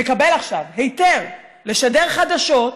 שמקבל עכשיו היתר לשדר חדשות,